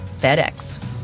FedEx